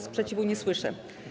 Sprzeciwu nie słyszę.